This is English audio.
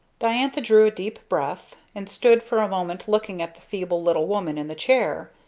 diantha drew a deep breath and stood for a moment looking at the feeble little woman in the chair.